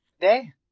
Day